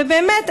ובאמת,